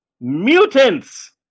Mutants